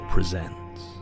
Presents